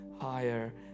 higher